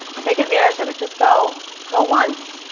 take advantage of it. just go. go once.